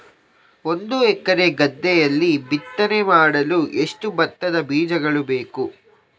ಒಂದು ಎಕರೆ ಗದ್ದೆಯಲ್ಲಿ ಬಿತ್ತನೆ ಮಾಡಲು ಎಷ್ಟು ಭತ್ತದ ಬೀಜಗಳು ಬೇಕು?